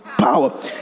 power